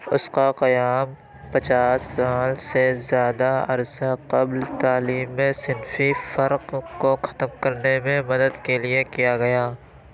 اس کا قیام پچاس سال سے زیادہ عرصہ قبل تعلیم میں صنفی فرق کو ختم کرنے میں مدد کے لیے کیا گیا